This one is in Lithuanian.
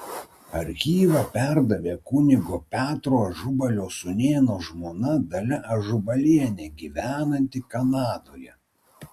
archyvą perdavė kunigo petro ažubalio sūnėno žmona dalia ažubalienė gyvenanti kanadoje